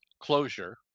closure